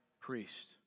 priest